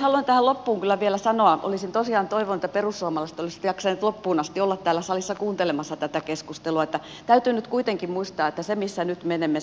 haluan tähän loppuun kyllä vielä sanoa olisin tosiaan toivonut että perussuomalaiset olisivat jaksaneet loppuun asti olla täällä salissa kuuntelemassa tätä keskustelua että täytyy nyt kuitenkin muistaa että siihen missä nyt menemme